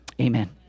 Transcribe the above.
Amen